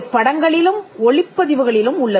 இது படங்களிலும் ஒளிப்பதிவுகளிலும் உள்ளது